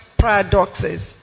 paradoxes